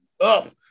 up